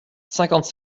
cinquante